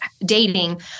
dating